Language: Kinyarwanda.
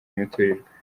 imiturirwa